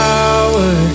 Power